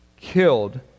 killed